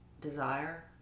desire